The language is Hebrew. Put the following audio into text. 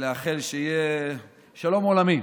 ולאחל שיהיה שלום עולמי.